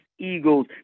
eagles